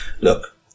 look